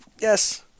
Yes